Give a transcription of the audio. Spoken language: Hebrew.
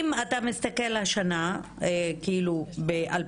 אם אתה מסתכל על השנה, 2021,